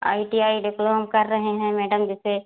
I T I diploma कर रहे हैं मैडम जैसे